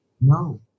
No